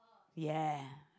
ya